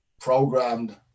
programmed